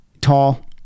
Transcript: Tall